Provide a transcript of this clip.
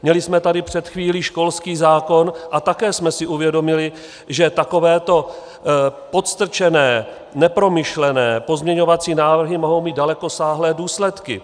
Měli jsme tady před chvílí školský zákon a také jsme si uvědomili, že takovéto podstrčené, nepromyšlené pozměňovací návrhy mohou mít dalekosáhlé důsledky.